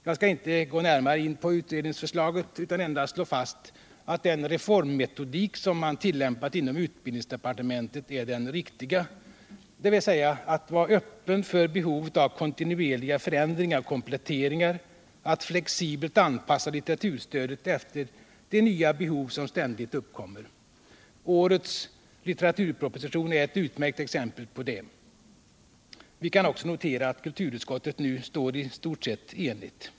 Jag skall inte närmare gå in på utredningsförslagen utan endast slå fast att den reformmetodik som man tillämpat inom utbildningsdepartementet är den riktiga, dvs. att man är öppen för behovet av kontinuerliga förändringar och kompletteringar och att man flexibelt anpassar litteraturstödet efter de nya behov som ständigt uppkommer. Årets litteraturproposition är ctt utmärkt exempel på det. Vi kan också konstatera att kulturutskottet nu står i stort sett enigt.